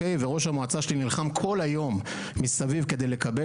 וראש המועצה שלי נלחם כל היום מסביב כדי לקבל,